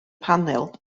panel